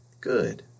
good